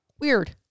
Weird